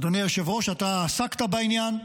אדוני היושב-ראש, אתה עסקת בעניין.